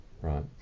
right